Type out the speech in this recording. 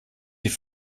die